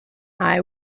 eye